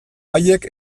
haiek